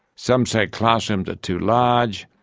some say classrooms are too large.